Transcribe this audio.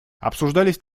обсуждались